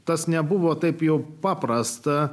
tas nebuvo taip jau paprasta